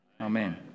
amen